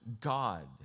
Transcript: God